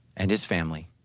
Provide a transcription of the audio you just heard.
and his family,